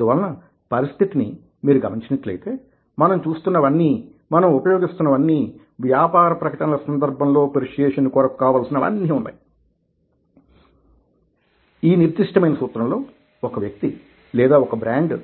అందువలన పరిస్థితిని మీరు గమనించినట్లయితే మనం చూస్తున్నవన్నీ మనం ఉపయోగిస్తున్నవన్నీ వ్యాపారప్రకటనల సందర్భంలో పెర్సుయేసన్ కొరకు కావల్సిన వన్నీ ఉన్నాయి ఈ నిర్దుష్టమైన సూత్రం లో ఒక వ్యక్తి లేదా ఒక బ్రాండ్